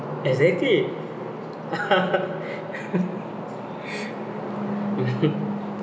exactly